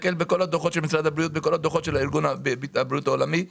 תסתכל בכל הדוחות של משרד הבריאות ובכל הדוחות של ארגון הבריאות העולמי.